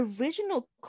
original